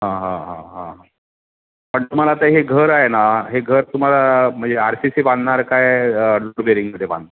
हां हां हां हां हां पण तुम्हाला आता हे घर आहे ना हे घर तुम्हाला म्हणजे आर सी सी बांधणार काय लोड बेरिंगमध्ये बांधणार